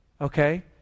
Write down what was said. okay